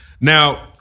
Now